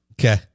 Okay